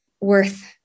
worth